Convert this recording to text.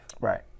Right